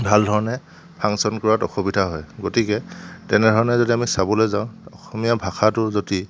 ভাল ধৰণে ফাংচন কৰাত অসুবিধা হয় গতিকে তেনে ধৰণে যদি আমি চাবলৈ যাওঁ অসমীয়া ভাষাটো যদি